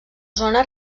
zona